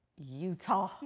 Utah